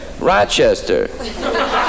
Rochester